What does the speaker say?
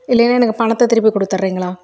இல்லைன்னா எனக்கு பணத்தை திருப்பி கொடுத்துர்றீங்களா